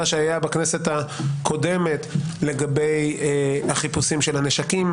שהיה בכנסת הקודמת לגבי החיפושים של הנשקים